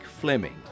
Fleming